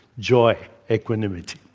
joy, equanimity.